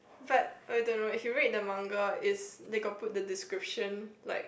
but I don't know if you read the manga it's they got put the description like